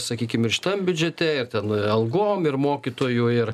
sakykim ir šitam biudžete ir ten ir algom ir mokytojų ir